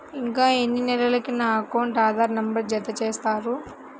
ఇంకా ఎన్ని నెలలక నా అకౌంట్కు ఆధార్ నంబర్ను జత చేస్తారు?